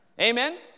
Amen